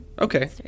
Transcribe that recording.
Okay